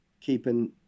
keeping